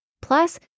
plus